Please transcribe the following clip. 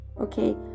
okay